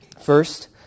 First